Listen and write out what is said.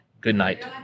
Goodnight